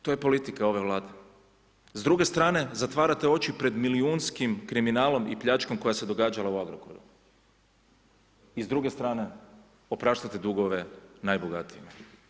To je politika ove Vlade, s druge strane zatvarate oči pred milijunskim kriminalom i pljačkom koja se događala u Agrokoru i s druge strane opraštate dugove najbogatijima.